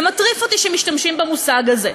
זה מטריף אותי שמשתמשים במושג הזה,